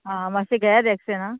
आं मात्शें घेयात एक्शन आं